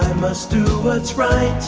must do what's right.